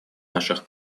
наших